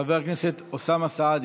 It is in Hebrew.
חבר הכנסת אוסאמה סעדי,